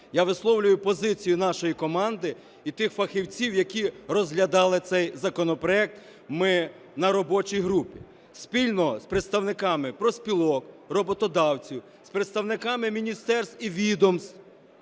я висловлюю позицію нашої команди і тих фахівців, які розглядали цей законопроект, ми, на робочій групі спільно з представниками профспілок, роботодавців, з представниками міністерств і відомств